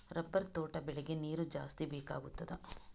Rubber ತೋಟ ಬೆಳೆಗೆ ನೀರು ಜಾಸ್ತಿ ಬೇಕಾಗುತ್ತದಾ?